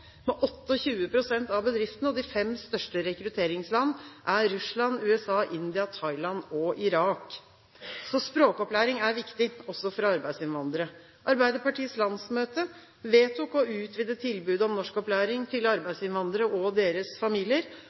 med 28 pst. av bedriftene. De fem største rekrutteringslandene er Russland, USA, India, Thailand og Irak. Så språkopplæring er viktig, også for arbeidsinnvandrere. Arbeiderpartiets landsmøte vedtok å utvide tilbudet om norskopplæring til arbeidsinnvandrere og deres familier.